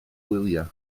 wyliau